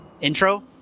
intro